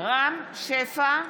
רם שפע,